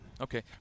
Okay